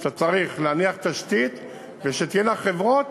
שאתה צריך להניח תשתית ושתהיינה חברות